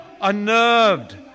unnerved